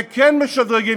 וכן משדרגים,